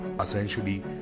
Essentially